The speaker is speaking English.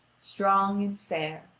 strong and fair.